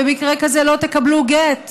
במקרה כזה לא תקבלו גט.